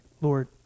Lord